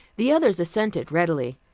the others assented readily.